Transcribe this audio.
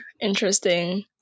interesting